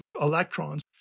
electrons